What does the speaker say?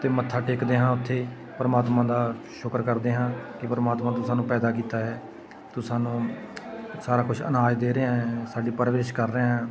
ਅਤੇ ਮੱਥਾ ਟੇਕਦੇ ਹਾਂ ਉੱਥੇ ਪਰਮਾਤਮਾ ਦਾ ਸ਼ੁਕਰ ਕਰਦੇ ਹਾਂ ਕਿ ਪਰਮਾਤਮਾ ਤੂੰ ਸਾਨੂੰ ਪੈਦਾ ਕੀਤਾ ਹੈ ਤੂੰ ਸਾਨੂੰ ਸਾਰਾ ਕੁਛ ਅਨਾਜ ਦੇ ਰਿਹਾਂ ਸਾਡੀ ਪਰਵਰਿਸ਼ ਕਰ ਰਿਹਾਂ